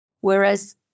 Whereas